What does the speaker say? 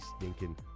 stinking